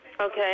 Okay